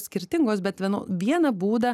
skirtingos bet vienu vieną būdą